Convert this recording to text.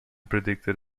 predicted